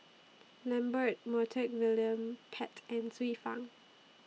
Lambert Montague William Pett and Xiu Fang